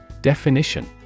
Definition